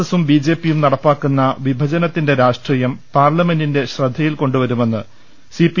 എസും ബിജെപിയും നടപ്പാക്കുന്ന വിഭജനത്തിന്റെ രാഷ്ട്രീ യം പാർലമെന്റിന്റെ ശ്രദ്ധയിൽ കൊണ്ടുവരുമെന്ന് സ്റിപി